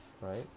right